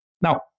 Now